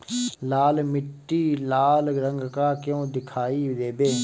लाल मीट्टी लाल रंग का क्यो दीखाई देबे?